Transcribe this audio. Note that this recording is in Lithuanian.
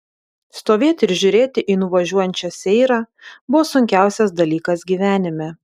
stovėti ir žiūrėti į nuvažiuojančią seirą buvo sunkiausias dalykas gyvenime